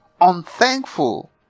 unthankful